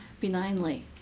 benignly